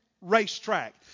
racetrack